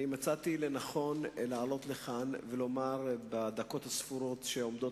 מצאתי לנכון לעלות לכאן ולומר בדקות הספורות שעומדות